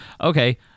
okay